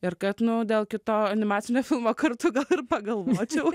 ir kad nu dėl kito animacinio filmo kartu gal ir pagalvočiau